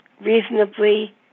reasonably